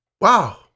wow